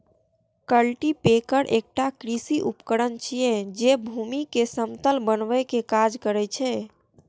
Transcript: cultipacker एकटा कृषि उपकरण छियै, जे भूमि कें समतल बनबै के काज करै छै